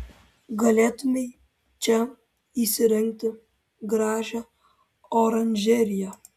galėtumei čia įsirengti gražią oranžeriją